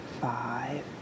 five